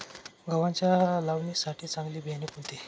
गव्हाच्या लावणीसाठी चांगले बियाणे कोणते?